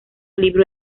libro